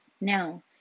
Now